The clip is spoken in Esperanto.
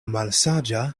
malsaĝa